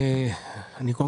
קודם כל